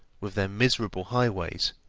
with their miserable highways,